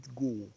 go